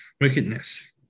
wickedness